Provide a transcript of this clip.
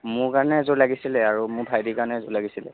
মোৰ কাৰণে এযোৰ লাগিছিলে আৰু মোৰ ভাইটিৰ কাৰণে এযোৰ লাগিছিলে